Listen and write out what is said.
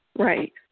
Right